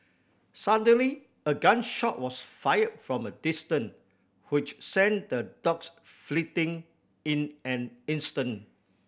suddenly a gun shot was fired from a distant which sent the dogs fleeting in an instant